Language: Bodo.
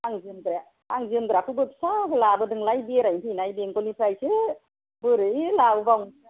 आं जोमग्राखौबो फिसासो लाबोदोंलाय बेरायनो फैनाय बेंगलनिफ्रायसो बोरै लाबो बावनोसै आंलाय दाना